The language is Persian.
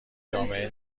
جامعه